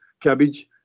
cabbage